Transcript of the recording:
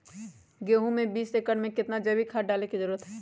गेंहू में बीस एकर में कितना जैविक खाद डाले के जरूरत है?